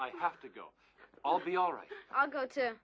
i have to go all be all right i'll go to